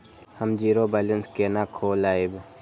हम zero balance केना खोलैब?